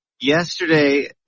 Yesterday